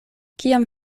kiam